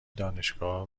دانشگاهها